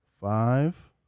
five